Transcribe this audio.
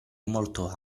molto